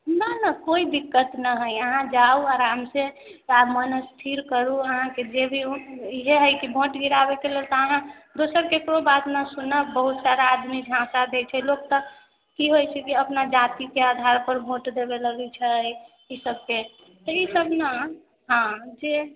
ना ना कोई दिक्कत ना हय अहाँ जाउ आराम से आ मन स्थिर करू अहाँके जे भी ईहे हय कि भोट गिराबै के लेल तऽ अहाँ दोसर केकरो बात न सुनब बहुत सारा आदमी झांसा दै छै लोकके इहो चूँकि अपना जाती के आधार पर भोट देबय लागै छै ई सब छै ई सब ना हॅं जे